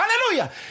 hallelujah